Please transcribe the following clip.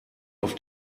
auf